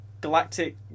galactic